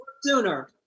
Sooner